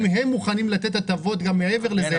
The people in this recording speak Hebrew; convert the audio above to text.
אם הם מוכנים לתת הטבות גם מעבר לזה,